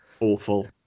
awful